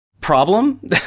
problem